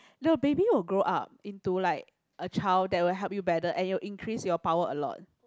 the baby will grow up into like a child that will help you battle and it will increase your power a lot